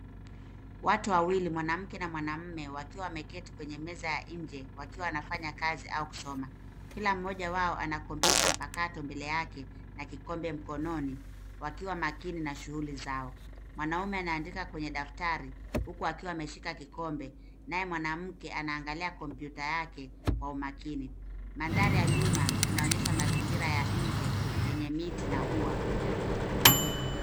Watu wawili, mwanamke na mwanaume wakiwa wameketi kwenye meza ya nje wakiwa wanafanya kazi au kusoma. Kila mmoja wao ana kompyuta mpakato mbele yake na kikombe mkononi wakiwa makini na shughuli zao. Mwanaume anaandika kwenye daftari huku akiwa ameshika kikombe naye mwanamke anaangalia kompyuta yake kwa umakini. Mandhari ya nyuma inaonyesha mazingira ya nje yenye miti na ua.